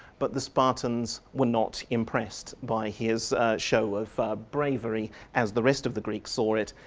but the spartans were not impressed by his show of bravery as the rest of the greeks saw it.